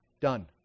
Done